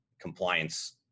compliance